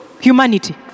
humanity